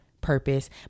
purpose